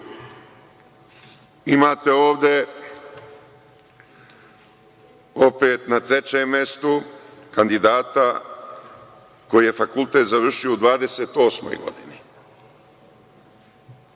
nije? Imate ovde opet, na trećem mestu, kandidata koji je fakultet završio u 28-oj godini,